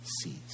sees